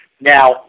Now